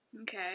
Okay